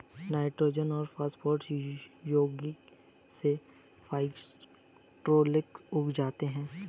nitrogen और phosphorus यौगिक से फाइटोप्लैंक्टन उग जाते है